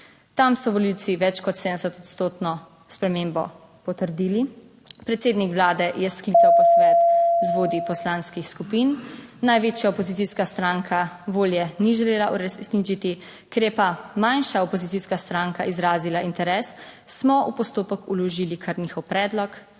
tam so volivci več kot 70 odstotno spremembo potrdili. Predsednik vlade je sklical posvet z vodji poslanskih skupin. Največja opozicijska stranka volje ni želela uresničiti, ker je pa manjša opozicijska stranka izrazila interes, smo v postopek vložili kar njihov predlog.